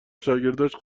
شاگرداش